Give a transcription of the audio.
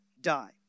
die